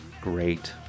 great